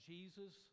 Jesus